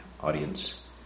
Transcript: audience